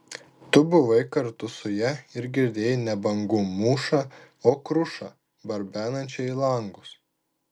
tu buvai kartu su ja ir girdėjai ne bangų mūšą o krušą barbenančią į langus